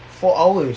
four hours